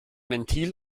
ventil